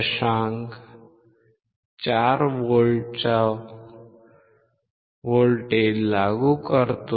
4 व्होल्टचा व्होल्टेज लागू करतो